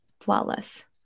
Flawless